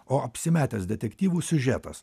o apsimetęs detektyvu siužetas